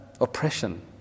oppression